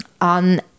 on